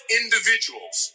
individuals